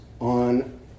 on